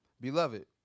Beloved